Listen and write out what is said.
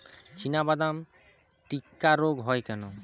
চিনাবাদাম টিক্কা রোগ হয় কেন?